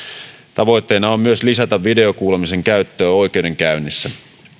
tavoitteena on myös lisätä videokuulemisen käyttöä oikeudenkäynnissä